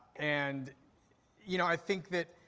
and you know i think that